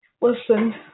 Listen